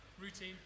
Routine